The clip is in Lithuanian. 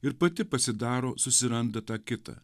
ir pati pasidaro susiranda tą kitą